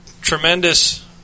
tremendous